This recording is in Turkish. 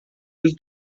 yüz